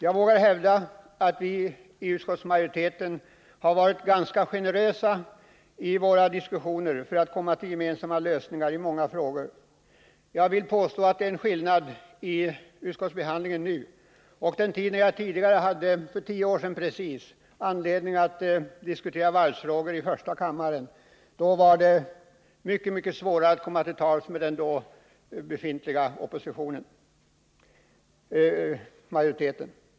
Jag vågar hävda att vi i utskottet varit generösa i våra diskussioner för att komma till gemensamma lösningar i många frågor. Jag vill påstå att när jag för precis tio år sedan hade anledning att diskutera varvsfrågor i första kammaren var det mycket svårare att komma till tals med den då befintliga majoriteten.